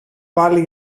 πάλι